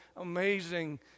amazing